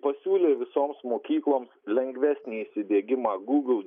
pasiūlė visoms mokykloms lengvesnį įsidiegimą google